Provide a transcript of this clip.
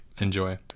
Enjoy